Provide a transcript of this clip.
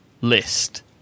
list